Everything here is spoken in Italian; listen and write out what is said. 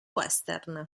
western